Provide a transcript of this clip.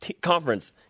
conference